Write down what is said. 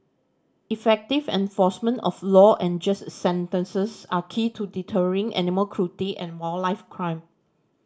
effective enforcement of law and just sentences are key to deterring animal cruelty and wildlife crime